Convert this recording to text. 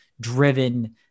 driven